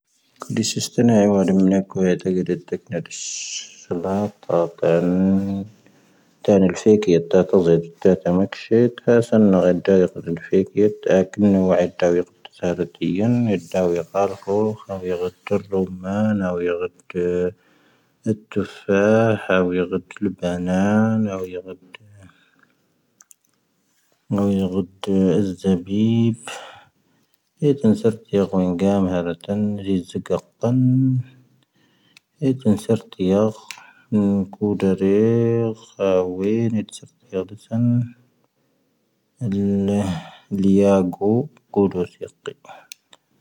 ⵇⵓⴷⵉⵙⵀⴰ ⵍⵙⵀⵜⴰⵏⴰ ⴰⵢ-ⵡⴰⴷⵀⵓ ⵎⵏⴰⴽⵓ ⵜⴰⴳⵀ ⴷⵀⴻⵜⵜⴰⴳⵏ ⴰⴷⵀⵉⵙⵀ. ⵙⴰⵍⴰⵀ ⵜⴰ ⴰⵀⵜⴰⵏ. ⵜⴰ ⵏⴻⵍⴼⴻⴽⴻⵜ, ⵜⴰ ⵜⴰⴷⵣⵉⴷ, ⵜⴰ ⵜⴰⵎⴻⴽⴻⵙⵀⴻⵜ. ⴽⵀⴰ ⵙⴰⵏⴷⵏⴰ ⴳⴰⴷⴷⴰ ⵔⵉⵍⴼⴻⴽⴻⵜ. ⴰⴽⵉⵏ ⵏⴰⵡⵀⴰ ⴻcⴷⴰ ⵡⴻⴳⴰⴷ ⵓⵜⵜⵉⴷⴰⵀⵔⴻ ⵢoⵏ. ⴻⴷⴷⴰ ⵡⴻⴳⴰⴷ ⴽⴰⵔⴽⵀⵡ. ⵀⴰ ⵡⴻⴳⴰⴷ ⵉⵔⵍⵉⴳⵀⵜ ⵍⴻⵍⴰ ⵎⴰⵏ. ⵀⴰ ⵡⴻⴳⴰⴷ. ⴻⵎⵉⵏⴰⴽⴰⴱⴰⴷ. ⴰⵜⵜⵉⴼⴰⴰ. ⵀⴰ ⵡⴻⴳⴰⴷ ⵍⴱⴻⵍⴰⵏⴰⵏ. ⵀⴰ ⵡⴻⴳⴰⴷ. ⴰⵣⵣⴻ ⵢⴻⴱⵉⴼ. ʻʻⵉʰⵜⴻⵏ ʻⵙⴻⵔⵜⵉ ʻⵓⵉⴳⴰⵎ ʻⴰʻⵎ ʻⴰⵔⴰⵜ ʻⴰⵏ ʻⵉⵣⴳⴰⴽ ʻpⴰⵏ ʻⵉʰⵜⴻⵏ ʻⵙⴻⵔⵜⵉ ʻⵢⴰⴽ ʻⵎ ⴽⵓⴷⴰⵔⴻ ʻⵅⴰⵡⴻⵏ ʻⵉʰⵜⴻⵏ ʻⵙⴻⵔⵜⵉ ʻⴳⵉⵣⴰⵏ ʻⵉⵍ ⵊⴰⴳo ʻⴽⵓⴷoⵙ ʻⵢⴰⴽ ʻⵉʰⵜ.